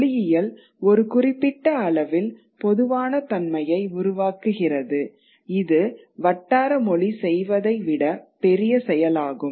மொழியியல் ஒரு குறிப்பிட்ட அளவில் பொதுவான தன்மையை உருவாக்குகிறது இது வட்டாரமொழி செய்வதை விட பெரிய செயலாகும்